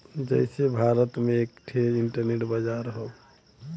जइसे भारत में एक ठे इन्टरनेट बाजार हौ